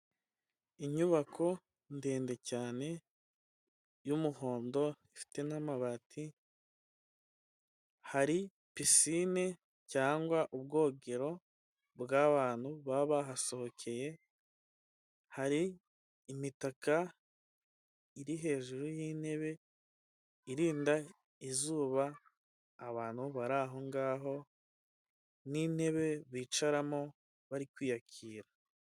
Inyubako ndende cyane y'umuhondo ifite n'amabati, hari pisine cyangwa ubwogero bw'abantu baba bahasohokeye, hari imitaka iri hejuru y'intebe irinda izuba abantu bari ahongaho n'intebe bicaramo bari kwiyakira.